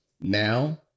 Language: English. Now